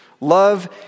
Love